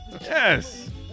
Yes